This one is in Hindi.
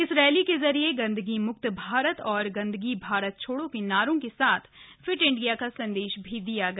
इस रैली के जरिए गंदगी मुक्त भारत और गंदगी भारत छोड़ो के नारों के साथ फ़िट इंडिया का संदेश भी दिया गया